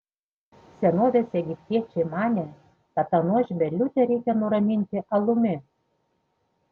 senovės egiptiečiai manė kad tą nuožmią liūtę reikia nuraminti alumi